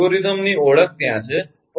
તેથી અલ્ગોરિધમની ઓળખ ત્યાં છે